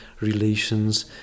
relations